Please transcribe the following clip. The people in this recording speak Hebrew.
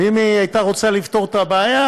ואם היא הייתה רוצה לפתור את הבעיה,